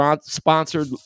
sponsored